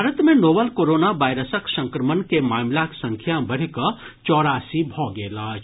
भारत मे novel corona वायरसक संक्रमण के मामिलाक संख्या बढ़ि कऽ चौरासी भऽ गेल अछि